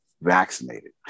vaccinated